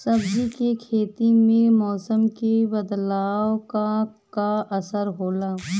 सब्जी के खेती में मौसम के बदलाव क का असर होला?